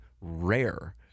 rare